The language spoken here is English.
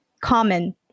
common